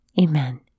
Amen